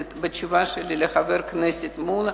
בתשובה שלי לחבר הכנסת מולה,